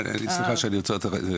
סליחה שאני עוצר אותך.